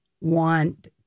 want